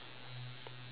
I wish